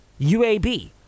UAB